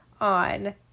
on